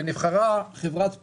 ונבחרה חברת PwC,